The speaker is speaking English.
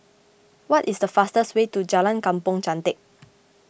what is the fastest way to Jalan Kampong Chantek